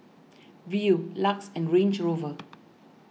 Viu Lux and Range Rover